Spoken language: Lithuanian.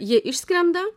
jie išskrenda